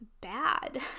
bad